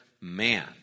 man